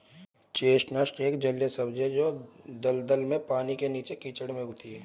chestnut एक जलीय सब्जी है जो दलदल में, पानी के नीचे, कीचड़ में उगती है